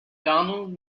donald